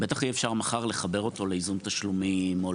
ובטח אי-אפשר מחר לחבר אותו לייזום תשלומים או